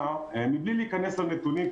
בהיבט של הסיוע מבלי להיכנס לנתונים,